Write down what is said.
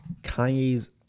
Kanye's